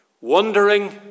wondering